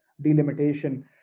delimitation